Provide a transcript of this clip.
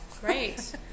Great